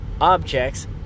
objects